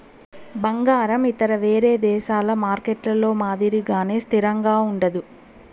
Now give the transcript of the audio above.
బంగారం ఇతర వేరే దేశాల మార్కెట్లలో మాదిరిగానే స్థిరంగా ఉండదు